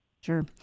Sure